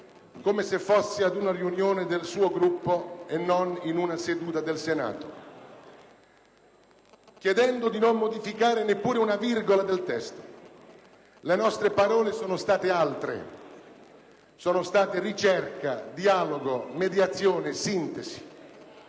come se fosse ad una riunione del suo Gruppo e non in una seduta del Senato, chiedendo di non modificare neppure una virgola del testo. Le nostre parole sono state altre: sono state ricerca, dialogo, mediazione, sintesi.